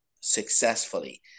successfully